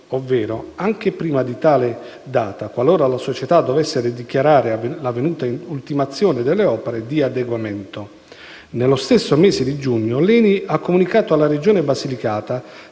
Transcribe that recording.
ovvero anche prima di tale data, qualora la società dovesse dichiarare l'avvenuta ultimazione delle opere di adeguamento. Nello stesso mese di giugno, l'ENI ha comunicato alla Regione Basilicata